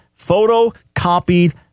photocopied